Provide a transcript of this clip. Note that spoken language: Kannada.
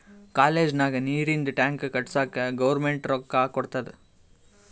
ಕಾಲೇಜ್ ನಾಗ್ ನೀರಿಂದ್ ಟ್ಯಾಂಕ್ ಕಟ್ಟುಸ್ಲಕ್ ಗೌರ್ಮೆಂಟ್ ರೊಕ್ಕಾ ಕೊಟ್ಟಾದ್